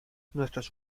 nuestros